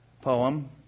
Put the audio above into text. poem